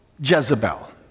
jezebel